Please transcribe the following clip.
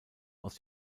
aus